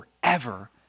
forever